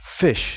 Fish